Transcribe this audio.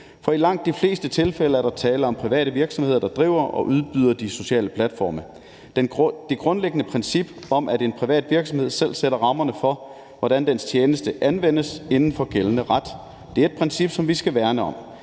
for i langt de fleste tilfælde er der tale om private virksomheder, der driver og udbyder de sociale platforme. Det grundlæggende princip er, at en privat virksomhed selv sætter rammerne for, hvordan dens tjeneste anvendes inden for gældende ret, og det er et princip, vi skal værne om.